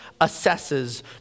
assesses